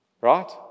Right